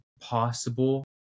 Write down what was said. possible